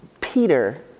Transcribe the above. Peter